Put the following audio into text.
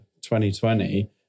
2020